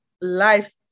life